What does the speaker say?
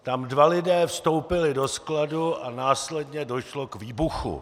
Tam dva lidé vstoupili do skladu a následně došlo k výbuchu.